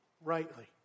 rightly